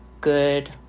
good